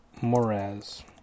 Moraz